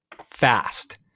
fast